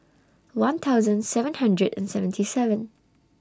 one thousand seven hundred and seventy seven